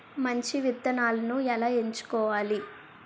మంచి విత్తనాలను ఎలా ఎంచుకోవాలి?